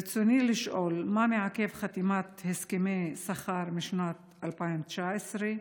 רצוני לשאול: 1. מה מעכב חתימת הסכמי שכר משנת 2019?